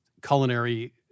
culinary